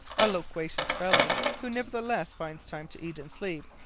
a loquacious fellow, who nevertheless finds time to eat and sleep,